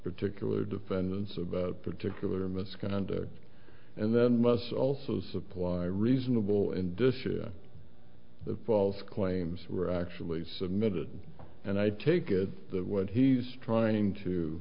particular defendants about particular misconduct and then must also supply reasonable indicia the false claims were actually submitted and i take it that what he's trying to